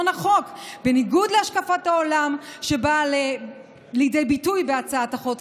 בניגוד להשקפת העולם שבאה לידי ביטוי בהצעת החוק,